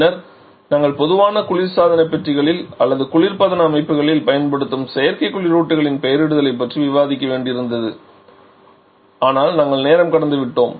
பின்னர் நாங்கள் பொதுவாக குளிர்சாதன பெட்டிகளில் அல்லது குளிர்பதன அமைப்புகளில் பயன்படுத்தும் செயற்கை குளிரூட்டிகளின் பெயரிடுதலை பற்றி விவாதிக்க வேண்டியிருந்தது ஆனால் நாங்கள் நேரம் கடந்துவிட்டோம்